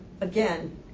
Again